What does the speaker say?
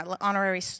honorary